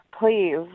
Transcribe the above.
Please